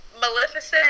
Maleficent